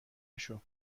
پاشو